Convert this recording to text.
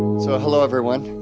so hello everyone,